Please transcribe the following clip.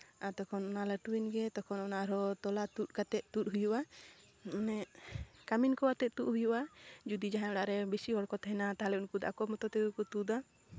ᱟᱨ ᱛᱚᱠᱷᱚᱱ ᱚᱱᱟ ᱞᱟᱹᱴᱩᱭᱮᱱ ᱜᱮ ᱛᱚᱠᱷᱚᱱ ᱟᱨᱦᱚᱸ ᱚᱱᱟ ᱛᱚᱞᱟ ᱛᱩᱫ ᱠᱟᱛᱮᱜ ᱛᱩᱫᱽ ᱦᱩᱭᱩᱜᱼᱟ ᱢᱟᱱᱮ ᱠᱟᱹᱢᱤᱱ ᱠᱚ ᱟᱛᱮᱫ ᱛᱩᱫ ᱦᱩᱭᱩᱜᱼᱟ ᱡᱩᱫᱤ ᱡᱟᱦᱟᱸᱭ ᱚᱲᱟᱜ ᱨᱮ ᱵᱮᱥᱤ ᱦᱚᱲᱠᱚ ᱛᱟᱦᱮᱱᱟ ᱛᱟᱦᱚᱞᱮ ᱩᱱᱠᱩ ᱫᱚ ᱟᱠᱚ ᱢᱚᱛᱚ ᱛᱮᱜᱮ ᱠᱚ ᱛᱩᱫᱟ